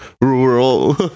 rural